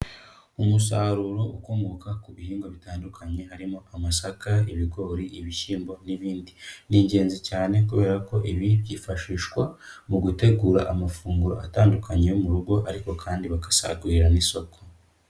Umusaruro ukomoka ku bihingwa bitandukanye harimo amasaka, ibigori, ibishyimbo n'ibindi. Ni ingenzi cyane kubera ko ibi byifashishwa mu gutegura amafunguro atandukanye yo mu rugo, ariko kandi bagasagurira n'isoko.